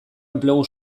enplegu